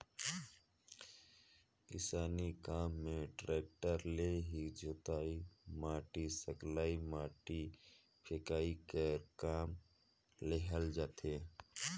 किसानी काम मे टेक्टर ले ही जोतई, माटी सकलई, माटी फेकई कर काम लेहल जाथे